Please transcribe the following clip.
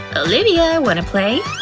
olivia, wanna play?